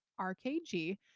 RKG